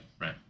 Right